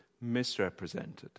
misrepresented